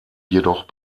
jedoch